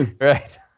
Right